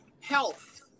health